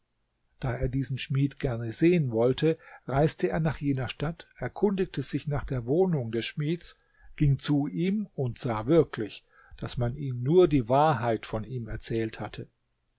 da er diesen schmied gern sehen wollte reiste er nach jener stadt erkundigte sich nach der wohnung des schmieds ging zu ihm und sah wirklich daß man ihn nur wahrheit von ihm erzählt hatte